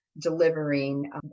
delivering